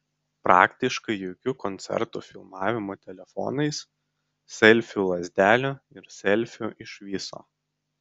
praktiškai jokių koncertų filmavimų telefonais selfių lazdelių ir selfių iš viso